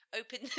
open